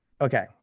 okay